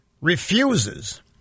refuses